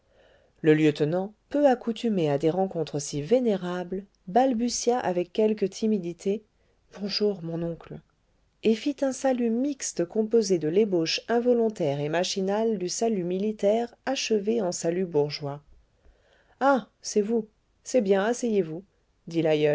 le lieutenant peu accoutumé à des rencontres si vénérables balbutia avec quelque timidité bonjour mon oncle et fit un salut mixte composé de l'ébauche involontaire et machinale du salut militaire achevée en salut bourgeois ah c'est vous c'est bien asseyez-vous